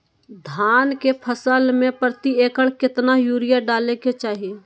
धान के फसल में प्रति एकड़ कितना यूरिया डाले के चाहि?